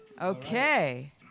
Okay